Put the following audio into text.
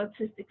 autistic